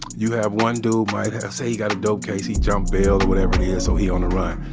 you have one dude, might have say he got a dope case, he jumped bail or whatever it is so he on the run.